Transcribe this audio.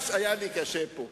תוכלו לקרוא קריאות ביניים.